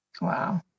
Wow